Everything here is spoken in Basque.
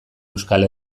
euskal